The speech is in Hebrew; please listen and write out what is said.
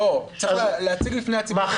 צריך להציג בפני הציבור תמונה מלאה.